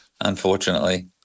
unfortunately